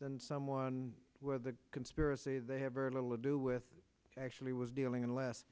than someone where the conspiracy they have very little to do with actually was dealing unless